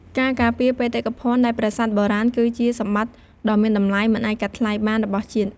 ការការពារបេតិកភណ្ឌ ដែលប្រាសាទបុរាណគឺជាសម្បត្តិដ៏មានតម្លៃមិនអាចកាត់ថ្លៃបានរបស់ជាតិ។